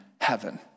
heaven